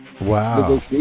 Wow